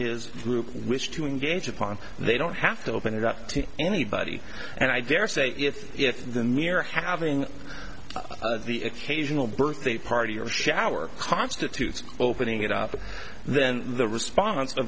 his group wish to engage upon they don't have to open it up to anybody and i dare say if it's in the near having the occasional birthday party or shower constitutes opening it up then the response